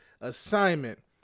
assignment